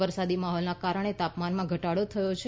વરસાદી માહોલના કારણે તાપમાનમાં ઘટાડો થયો છે